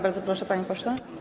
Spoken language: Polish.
Bardzo proszę, panie pośle.